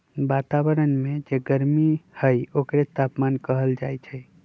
वतावरन में जे गरमी हई ओकरे तापमान कहल जाई छई